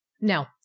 now